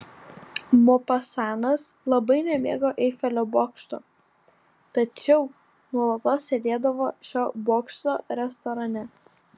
mopasanas labai nemėgo eifelio bokšto tačiau nuolatos sėdėdavo šio bokšto restorane